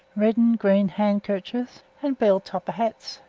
red and green neck-handkerchers, and bell-topper hats